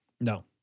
No